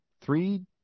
three